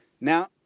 Now